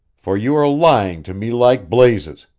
for you are lying to me like blazes!